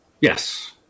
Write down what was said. Yes